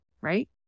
Right